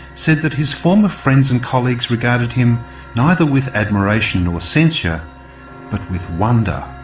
said that his former friends and colleagues regarded him neither with admiration nor censure, but with wonder,